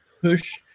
push